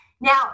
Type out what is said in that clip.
Now